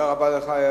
תודה רבה לך.